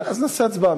בסדר, אז נעשה הצבעה.